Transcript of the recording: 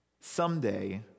someday